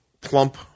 plump